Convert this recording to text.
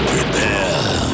Prepare